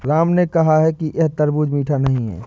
राम ने कहा कि यह तरबूज़ मीठा नहीं है